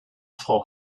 frau